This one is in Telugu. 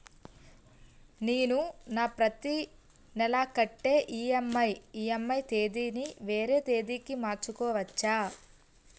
నేను నా ప్రతి నెల కట్టే ఈ.ఎం.ఐ ఈ.ఎం.ఐ తేదీ ని వేరే తేదీ కి మార్చుకోవచ్చా?